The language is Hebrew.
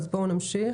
אז בואו נמשיך.